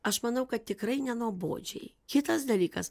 aš manau kad tikrai nenuobodžiai kitas dalykas